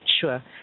sure